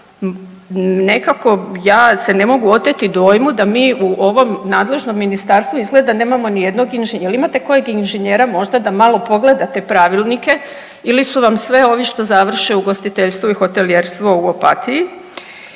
Nekako ja se ne mogu oteti dojmu da mi u ovom nadležnom ministarstvu izgleda nemamo niti jednog inženjera. Jel' imate kojeg inženjera možda da malo pogleda te pravilnike ili su vam sve ovi što završe ugostiteljstvo i hotelijerstvo u Opatiji?